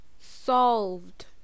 solved